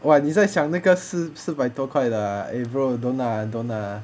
!wah! 你在想那个四四百多块的 ah eh bro don't lah don't lah